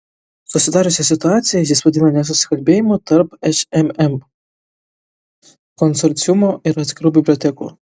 susidariusią situaciją jis vadina nesusikalbėjimu tarp šmm konsorciumo ir atskirų bibliotekų